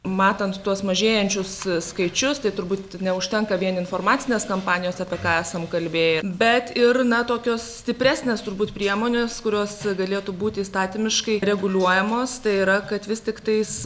matant tuos mažėjančius skaičius tai turbūt neužtenka vien informacinės kampanijos apie ką esam kalbėję bet ir na tokios stipresnės turbūt priemonės kurios galėtų būti įstatymiškai reguliuojamos tai yra kad vis tiktais